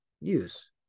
use